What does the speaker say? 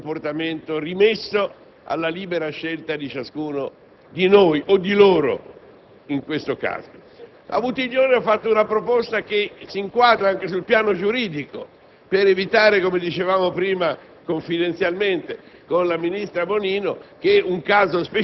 Anche questo è un elemento che mi fa piacere cogliere in quest'Assemblea, dove spesso i fattori emotivi e passionali prevalgono su quelli razionali e in cui le logiche di schieramento sono spesso foriere di un atteggiamento manicheo,